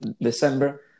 December